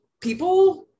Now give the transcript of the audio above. people